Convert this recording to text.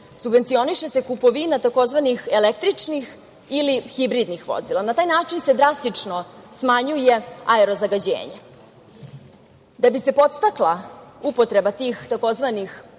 subvencioniše se kupovina tzv. električnih ili hibridnih vozila. Na taj način se drastično smanjuje aero zagađenje. Da bi se podstakla upotreba tih tzv.